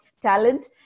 talent